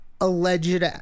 alleged